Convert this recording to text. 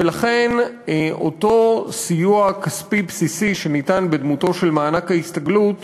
ולכן אותו סיוע כספי בסיסי שניתן בדמותו של מענק ההסתגלות